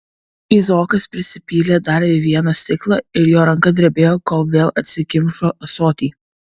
izaokas prisipylė dar vieną stiklą ir jo ranka drebėjo kol vėl atsikimšo ąsotį